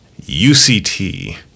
UCT